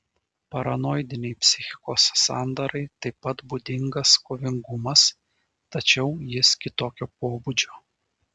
paranoidinei psichikos sandarai taip pat būdingas kovingumas tačiau jis kitokio pobūdžio